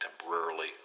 temporarily